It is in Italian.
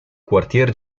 quartier